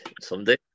Someday